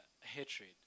hatred